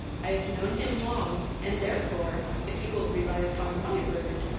i have known him long, and therefore, if you will rely upon my word,